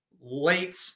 late